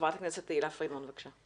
חברת הכנסת תהלה פרידמן, בבקשה.